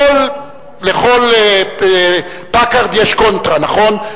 לכל פקארד יש קונטרה, נכון?